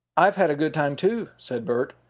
i've had a good time, too, said bert.